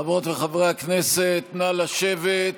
חברות וחברי הכנסת, נא לשבת.